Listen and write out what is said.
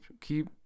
keep